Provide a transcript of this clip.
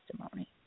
testimony